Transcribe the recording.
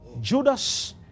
Judas